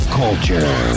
culture